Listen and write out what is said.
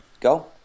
Go